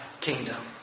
kingdom